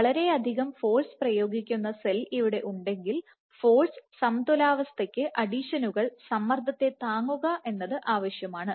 വളരെയധികം ഫോഴ്സ് പ്രയോഗിക്കുന്ന സെൽ ഇവിടെ ഉണ്ടെങ്കിൽ ഫോഴ്സ് സമതുലിതാവസ്ഥക്ക് അഡിഷനുകൾ സമ്മർദ്ദത്തെ താങ്ങുക ആവശ്യമാണ്